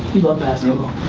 he loved basketball.